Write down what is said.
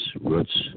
roots